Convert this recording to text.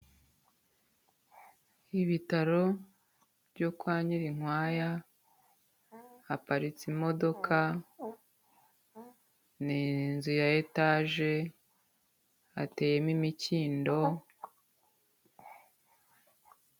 Ibitaro byo kwa Nyirinkwaya haparitse imodoka n'inzu ya etaje hateyemo imikindo.